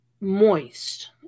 moist